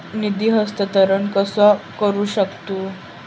निधी हस्तांतर कसा करू शकतू?